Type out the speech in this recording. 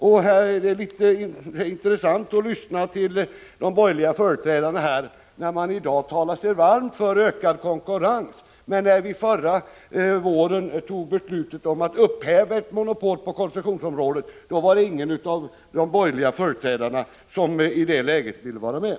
Det är intressant att lyssna till de borgerliga företrädarna, som i dag talar sig varma för ökad konkurrens. När vi förra våren fattade beslutet om att upphäva ett monopol på koncessionsområdet var det ingen av de borgerliga företrädarna som ville vara med.